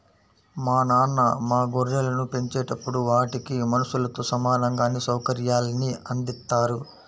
మా నాన్న మా గొర్రెలను పెంచేటప్పుడు వాటికి మనుషులతో సమానంగా అన్ని సౌకర్యాల్ని అందిత్తారు